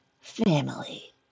family